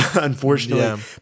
unfortunately